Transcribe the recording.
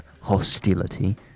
hostility